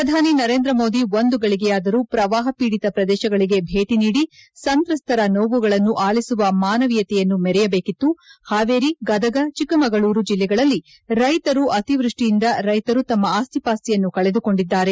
ಪ್ರಧಾನಿ ನರೇಂದ್ರ ಮೋದಿ ಒಂದು ಗಳಿಗೆಯಾದರೂ ಪ್ರವಾಪ ಪೀಡಿತ ಪ್ರದೇಶಗಳಿಗೆ ಬೇಟಿ ನೀಡಿ ಸಂತ್ರಸ್ತರ ನೋವುಗಳನ್ನು ಆಲಿಸುವ ಮಾನವೀಯತೆಯನ್ನು ಮೆರೆಯಬೇಕಿತ್ತು ಹಾವೇರಿ ಗದಗ ಚಿಕ್ಕಮಗಳೂರು ಜಿಲ್ಲೆಗಳಲ್ಲಿ ರೈತರು ಅತಿವೃಷ್ಟಿಯಿಂದ ರೈತರು ತಮ್ಮ ಅಸ್ತಿಪಾಸ್ತಿಯನ್ನು ಕಳೆದುಕೊಂಡಿದ್ದಾರೆ